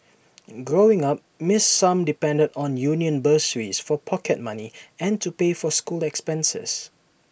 growing up miss sum depended on union bursaries for pocket money and to pay for school expenses